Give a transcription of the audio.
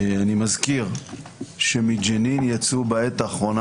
אני מזכיר שמג'נין יצאו בעת האחרונה